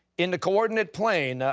in the coordinate plane,